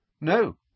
No